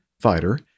fighter